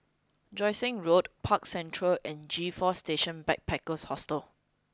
Joo Seng Road Park Central and G four Station Backpackers Hostel